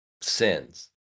sins